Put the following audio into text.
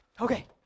Okay